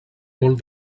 molt